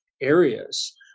areas